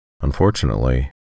Unfortunately